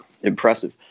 impressive